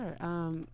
Sure